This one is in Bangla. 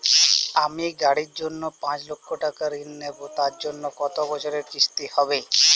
আমি গাড়ির জন্য পাঁচ লক্ষ টাকা ঋণ নেবো তার জন্য কতো বছরের কিস্তি হবে?